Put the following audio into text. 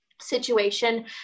situation